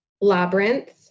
Labyrinth